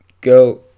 go